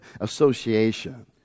association